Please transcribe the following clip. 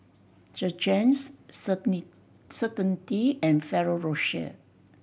Jergens Certainty and Ferrero Rocher